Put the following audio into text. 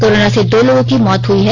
corona से दो की लोगों की मौत हुई है